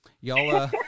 y'all